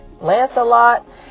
Lancelot